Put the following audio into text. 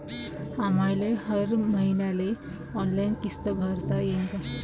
आम्हाले हर मईन्याले ऑनलाईन किस्त भरता येईन का?